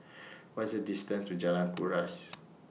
What IS The distance to Jalan Kuras